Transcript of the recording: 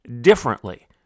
differently